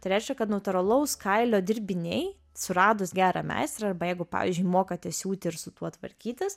tai reiškia kad natūralaus kailio dirbiniai suradus gerą meistrą arba jeigu pavyzdžiui mokate siūti ir su tuo tvarkytis